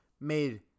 made